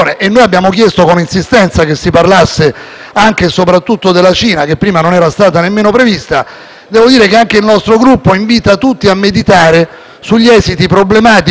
devo dire che anche il nostro Gruppo invita tutti a meditare sugli esiti problematici e fallimentari della Brexit, perché quello che sta accadendo nel Regno Unito non ha precedenti: